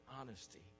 honesty